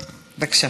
בבקשה.